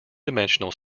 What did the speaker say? dimensional